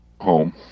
home